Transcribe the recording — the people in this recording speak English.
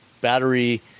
battery